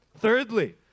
Thirdly